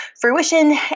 fruition